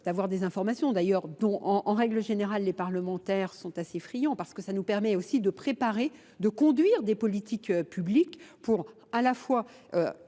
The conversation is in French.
d'avoir des informations d'ailleurs dont en règle générale les parlementaires sont assez friands parce que ça nous permet aussi de préparer, de conduire des politiques publiques pour à la fois